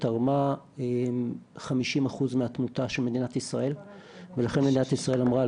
תרמה 50% מהתמותה של מדינת ישראל ולכן מדינת ישראל אמרה,